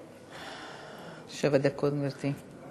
שבע דקות, גברתי.